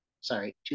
sorry